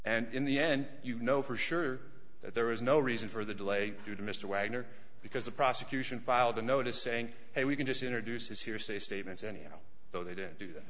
and in the end you know for sure that there was no reason for the delay due to mr wagner because the prosecution filed a notice saying hey we can just introduce his hearsay statements anyhow though they didn't do that